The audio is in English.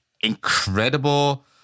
Incredible